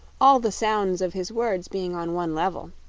all the sounds of his words being on one level